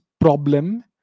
problem